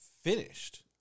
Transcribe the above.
finished